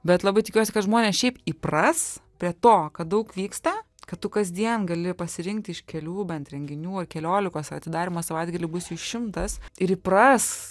bet labai tikiuosi kad žmonės šiaip įpras prie to kad daug vyksta kad tu kasdien gali pasirinkti iš kelių bent renginių ar keliolikos atidarymo savaitgalį bus jų šimtas ir įpras